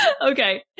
Okay